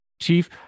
Chief